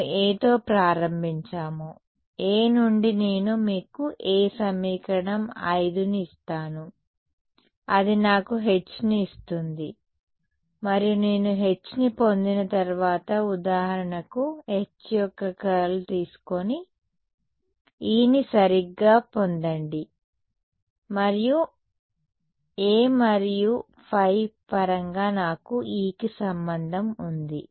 మేము Aతో ప్రారంభించాము A నుండి నేను మీకు A సమీకరణం 5ని ఇస్తాను అది నాకు Hని ఇస్తుంది మరియు నేను Hని పొందిన తర్వాత ఉదాహరణకు H యొక్క కర్ల్ తీసుకొని Eని సరిగ్గా పొందండి మరియు A మరియు ϕ పరంగా నాకు Eకి సంబంధం ఉంది